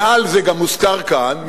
זה גם הוזכר כאן,